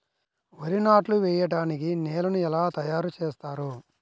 వరి నాట్లు వేయటానికి నేలను ఎలా తయారు చేస్తారు?